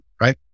right